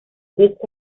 kids